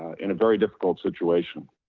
in a very difficult situation.